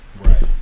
Right